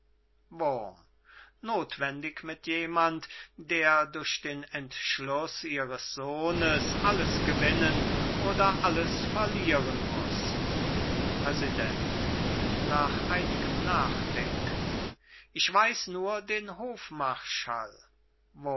nothwendig mit jemand der durch den entschluß ihres sohnes alles gewinnen oder alles verlieren muß wurm nach einigem nachdenken ich weiß nur den hofmarschall